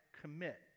commit